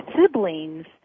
siblings